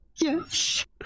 Yes